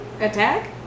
Attack